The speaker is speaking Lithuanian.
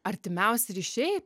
artimiausi ryšiai